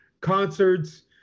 concerts